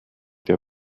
der